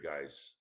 guys